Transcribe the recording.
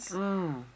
oh